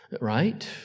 right